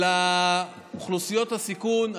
על אוכלוסיות הסיכון,